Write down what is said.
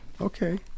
Okay